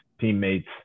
teammates